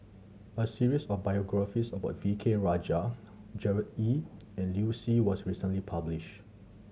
a series of biographies about V K Rajah Gerard Ee and Liu Si was recently published